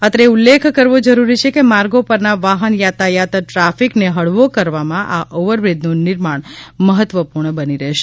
અત્રે એ ઉલ્લેખ કરવો જરૂરી છે કે માર્ગો પરના વાહન યાતાયાત ટ્રાફિકને હળવો કરવામાં આ ઓવરબ્રીજનું નિર્માણ મહત્વપૂર્ણ બની રહેશે